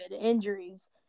injuries